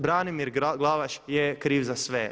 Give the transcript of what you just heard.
Branimir Glavaš je kriv za sve.